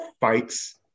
fights